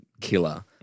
killer